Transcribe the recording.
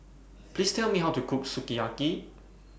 Please Tell Me How to Cook Sukiyaki